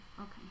Okay